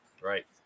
right